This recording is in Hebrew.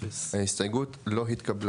0 ההסתייגות לא התקבלה.